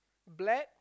black